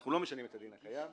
אנחנו לא משנים את הדין הקיים,